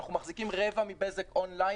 אנחנו מחזיקים רבע מבזק און-ליין,